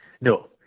No